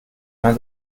man